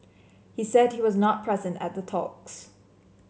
he said he was not present at the talks